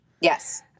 Yes